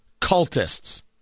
cultists